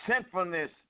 sinfulness